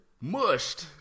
mushed